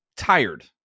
tired